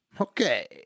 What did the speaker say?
Okay